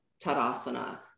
Tadasana